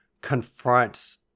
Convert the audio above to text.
confronts